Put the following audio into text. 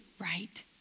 right